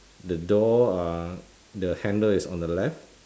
the door uh the handle is on the left